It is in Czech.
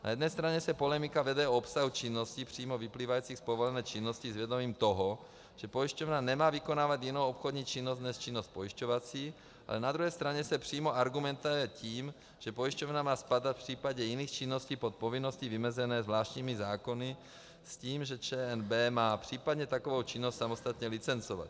Na jedné straně se polemika vede o obsahu činností přímo vyplývajících z povolené činnosti s vědomím toho, že pojišťovna nemá vykonávat jinou obchodní činnost než činnost pojišťovací, ale na druhé straně se přímo argumentuje tím, že pojišťovna má spadat v případě jiných činností pod povinnosti vymezené zvláštními zákony s tím, že ČNB má případně takovou činnost samostatně licencovat.